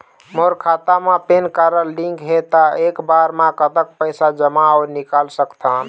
मोर खाता मा PAN card link हे ता एक बार मा कतक पैसा जमा अऊ निकाल सकथन?